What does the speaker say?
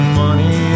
money